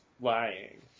lying